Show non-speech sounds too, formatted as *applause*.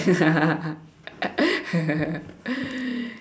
*laughs*